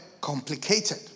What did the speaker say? complicated